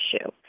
issue